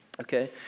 okay